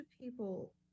people